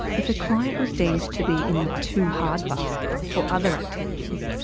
if a client was deemed to be in the too hard basket for other activities,